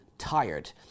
Tired